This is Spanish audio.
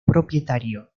propietario